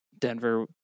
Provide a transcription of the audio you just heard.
Denver